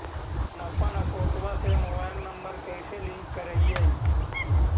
हमपन अकौउतवा से मोबाईल नंबर कैसे लिंक करैइय?